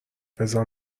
بزار